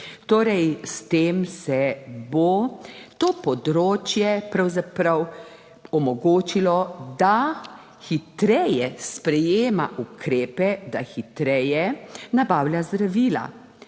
s tem se bo to področje pravzaprav omogočilo, da hitreje sprejema ukrepe, da hitreje nabavlja zdravila.